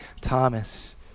Thomas